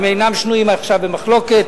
הם אינם שנויים עכשיו במחלוקת,